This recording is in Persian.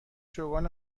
چوگان